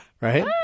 Right